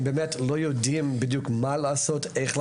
הם לא יודעים מה לעשות ואיך לעשות.